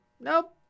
nope